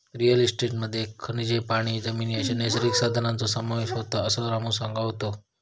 real इस्टेटमध्ये खनिजे, पाणी, जमीन अश्या नैसर्गिक संसाधनांचो समावेश होता, असा रामू सांगा होतो